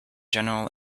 general